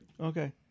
Okay